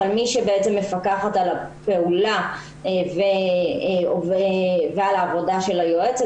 אבל מי שבעצם מפקחת על הפעולה ועל העבודה של היועצת